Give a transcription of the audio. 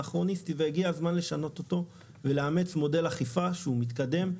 הוא אנכרוניסטי והגיע הזמן לשנות אותו ולאמץ מודל אכיפה שהוא מתקדם,